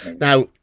Now